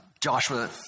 Joshua